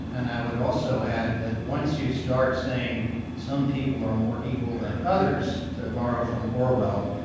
and i would also add that once you star t saying some people are more equal than others, to borrow from orwell,